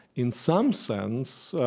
in some sense,